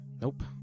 Nope